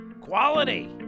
Quality